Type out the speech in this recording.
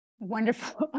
Wonderful